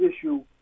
issue